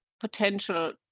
potential